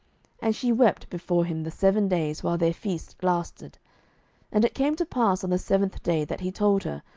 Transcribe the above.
and she wept before him the seven days, while their feast lasted and it came to pass on the seventh day, that he told her,